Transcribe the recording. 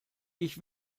ich